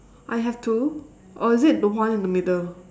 I have to or is it the one in the middle